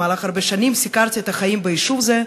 במשך הרבה שנים סיקרתי את החיים ביישוב הזה.